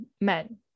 men